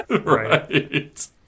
Right